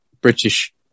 british